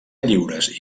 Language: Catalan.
lliures